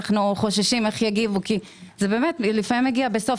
אנו חוששים איך יגיבו כי לפעמים מגיע בסוף